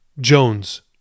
Jones